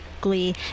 Glee